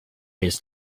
his